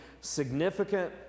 significant